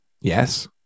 Yes